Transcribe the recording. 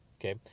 Okay